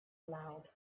aloud